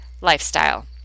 lifestyle